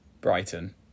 Brighton